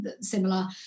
similar